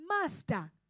Master